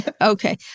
Okay